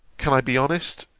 can i be honest,